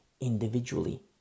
individually